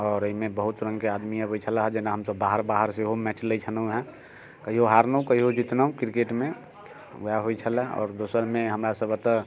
आओर एहिमे बहुत रङ्गके आदमी अबैत छलाह जेना हमसब बाहर बाहर सेहो मैच लै छलहुँ हँ कहिओ हारलहुँ कहिओ जीतलहुँ क्रिकेटमे ओएह होइत छलै आओर दोसरमे हमरा सब ओतऽ